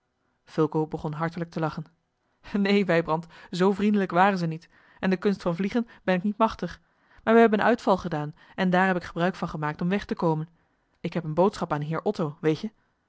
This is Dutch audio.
begon hartelijk te lachen neen wijbrand zoo vriendelijk waren ze niet en de kunst van vliegen ben ik niet machtig maar we hebben een uitval gedaan en daar heb ik gebruik van gemaakt om weg te komen ik heb eene boodschap aan heer otto weet je